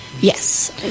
Yes